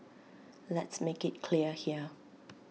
let's make IT clear here